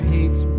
Hates